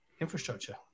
infrastructure